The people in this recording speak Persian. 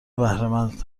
بهرهمند